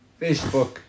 Facebook